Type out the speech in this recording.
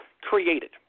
created